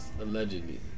Allegedly